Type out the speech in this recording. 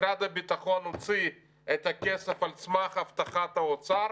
משרד הביטחון הוציא את הכסף על סמך הבטחת האוצר,